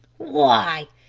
why,